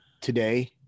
today